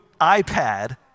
iPad